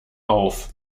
auf